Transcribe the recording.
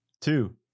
two